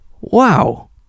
Wow